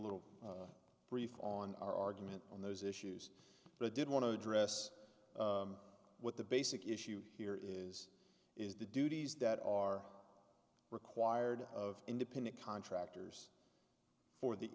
little brief on our argument on those issues but i did want to address what the basic issue here is is the duties that are required of independent contractors for the